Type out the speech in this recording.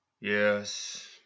Yes